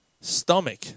stomach